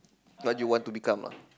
what you want to become lah